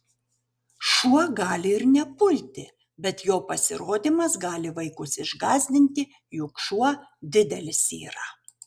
šuo gali ir nepulti bet jo pasirodymas gali vaikus išgąsdinti juk šuo didelis yra